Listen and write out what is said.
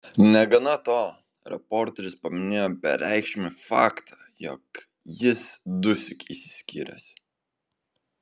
negana to reporteris paminėjo bereikšmį faktą jog jis dusyk išsiskyręs